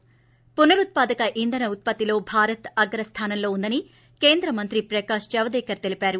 ి పునరుత్పాదక ఇంధన ఉత్పత్తిలో భారత్ అగ్రస్థానంలో ఉందని కేంద్ర మంత్రి ప్రకాష్ జవదేకర్ తెలిపారు